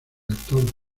actor